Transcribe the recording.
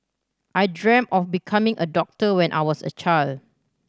I dreamt of becoming a doctor when I was a child